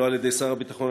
לא על-ידי שר הביטחון,